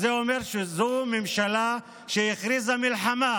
אז זה אומר שזו ממשלה שהכריזה מלחמה